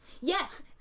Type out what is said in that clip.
yes